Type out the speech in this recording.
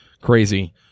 crazy